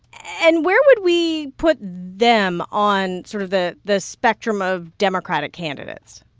and where would we put them on sort of the the spectrum of democratic candidates?